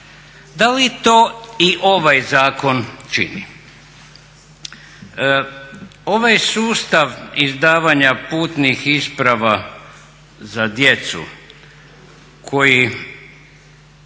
Da li to i ovaj zakon čini? Ovaj sustav izdavanja putnih isprava za djecu koji